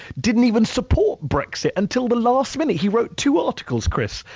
didn't even support brexit until the last minute. he wrote two articles, chris.